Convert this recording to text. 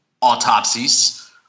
autopsies